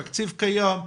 התקציב קיים,